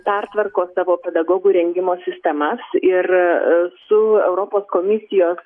pertvarko savo pedagogų rengimo sistemas ir su europos komisijos